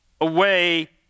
away